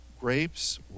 grapes